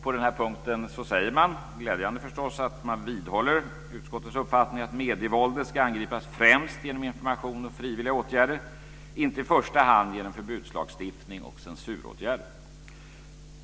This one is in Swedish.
På den här punkten säger man, glädjande förstås, att man vidhåller utskottets uppfattning att medievåldet ska angripas främst genom information och frivilliga åtgärder, inte i första hand genom förbudslagstiftning och censuråtgärder.